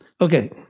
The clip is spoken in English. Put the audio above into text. Okay